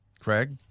Craig